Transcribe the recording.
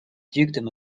dukedom